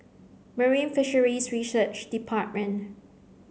Marine Fisheries Research Department